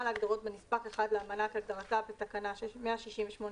להגדרות בנספח 1 לאמנה כהגדרתה בתקנה 168א(א),